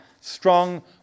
strong